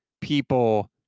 people